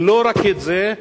ולא רק זה,